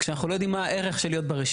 כשאנחנו לא יודעים מה הערך של להיות ברשימה.